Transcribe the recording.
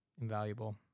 invaluable